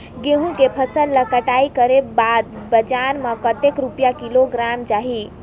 गंहू के फसल ला कटाई करे के बाद बजार मा कतेक रुपिया किलोग्राम जाही?